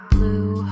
Blue